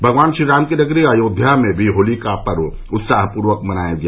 भगवान श्रीराम की नगरी अयोध्या में भी होली का पर्व उत्साह पूर्वक मनाया गया